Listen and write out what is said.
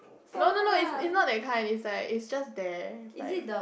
no no no is is not that kind is like is just there like